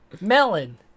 melon